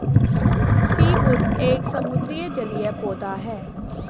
seaweed एक समुद्री जलीय पौधा है